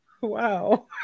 Wow